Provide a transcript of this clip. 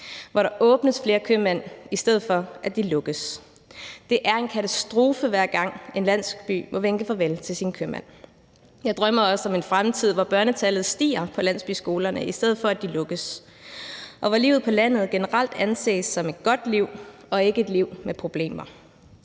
hvor der åbnes flere købmænd, i stedet for at de lukkes. Det er en katastrofe, hver gang en landsby må vinke farvel til sin købmand. Jeg drømmer også om en fremtid, hvor børnetallet stiger i landsbyskolerne, i stedet for at de lukkes, og hvor livet på landet generelt anses som et godt liv og ikke som et liv med problemer.